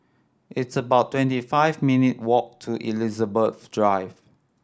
it's about twenty five minute walk to Elizabeth Drive